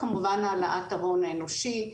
כמובן העלאת ההון האנושי,